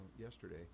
yesterday